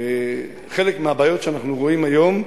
חלק מהבעיות שאנחנו רואים היום,